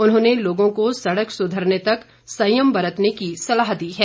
उन्होंने लोगों को सड़क सुधरने तक संयम बरतने की सलाह दी है